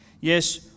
Yes